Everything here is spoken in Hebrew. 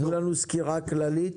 תנו לנו סקירה כללית